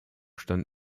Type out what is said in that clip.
stand